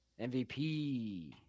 MVP